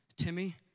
Timmy